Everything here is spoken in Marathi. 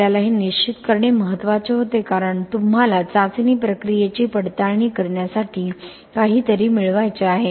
आपल्याला हे निश्चित करणे महत्त्वाचे होते कारण तुम्हाला चाचणी प्रक्रियेची पडताळणी करण्यासाठी काहीतरी मिळवायचे आहे